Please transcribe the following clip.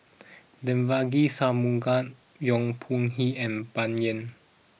Devagi Sanmugam Yong Pung How and Bai Yan